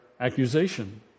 accusation